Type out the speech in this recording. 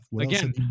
Again